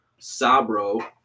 Sabro